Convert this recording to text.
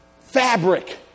fabric